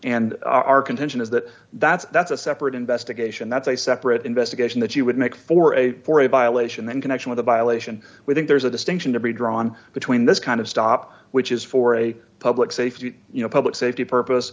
and our contention is that that's that's a separate investigation that's a separate investigation that you would make for a for a violation in connection with a violation we think there's a distinction to be drawn between this kind of stop which is for a public safety you know public safety